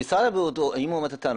משרד הבריאות, אם הוא אומר את הטענות.